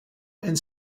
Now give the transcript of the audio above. and